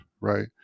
right